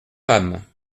femmes